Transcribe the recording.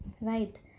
Right